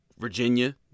Virginia